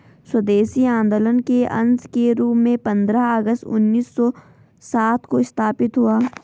स्वदेशी आंदोलन के अंश के रूप में पंद्रह अगस्त उन्नीस सौ सात को स्थापित हुआ